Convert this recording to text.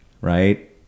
right